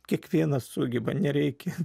kiekvienas sugeba nereikia